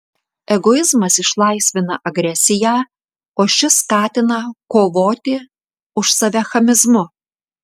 egoizmas išlaisvina agresiją o ši skatina kovoti už save chamizmu